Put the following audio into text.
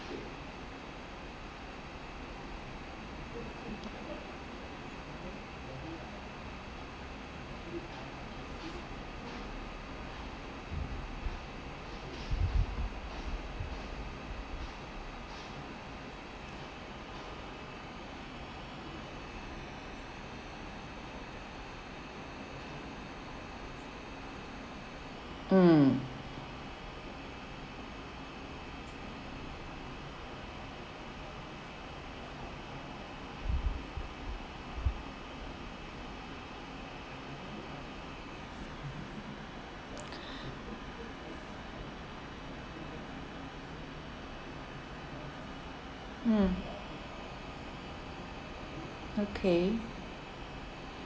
mm mm okay